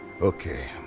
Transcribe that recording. Okay